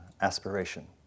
aspiration